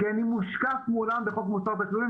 כי אני מושקף מולם בחוק מוסר תשלומים,